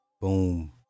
Boom